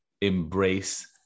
embrace